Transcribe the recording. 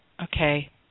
okay